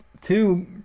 two